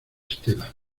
estela